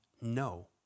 no